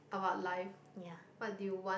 about life what do you want